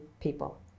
people